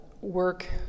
work